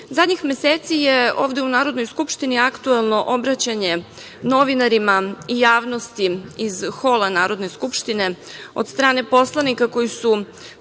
meseci je ovde u Narodnoj skupštini aktuelno obraćanje novinarima i javnosti iz hola Narodne skupštine od strane poslanika koji su